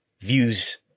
views